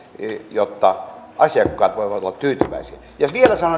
jotta asiakkaat voivat olla tyytyväisiä ja vielä sanon yhden asian